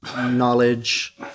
Knowledge